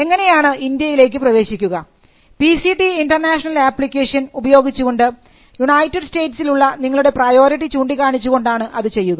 എങ്ങനെയാണ് ഇന്ത്യയിലേക്ക് പ്രവേശിക്കുക P C T international application ഉപയോഗിച്ചുകൊണ്ട് യുണൈറ്റഡ് സ്റ്റേറ്റ്സിൽ ഉള്ള നിങ്ങളുടെ പ്രയോറിറ്റി ചൂണ്ടിക്കാണിച്ചുകൊണ്ടാണ് അത് ചെയ്യുക